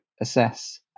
assess